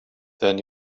then